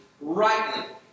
rightly